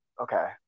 okay